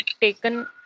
taken